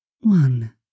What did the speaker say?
One